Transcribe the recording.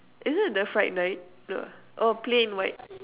is it the fright night no ah oh plain white